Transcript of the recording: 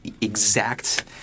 exact